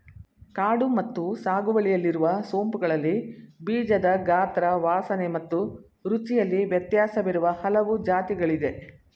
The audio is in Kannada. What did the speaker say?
ಕಾಡು ಮತ್ತು ಸಾಗುವಳಿಯಲ್ಲಿರುವ ಸೋಂಪುಗಳಲ್ಲಿ ಬೀಜದ ಗಾತ್ರ ವಾಸನೆ ಮತ್ತು ರುಚಿಯಲ್ಲಿ ವ್ಯತ್ಯಾಸವಿರುವ ಹಲವು ಜಾತಿಗಳಿದೆ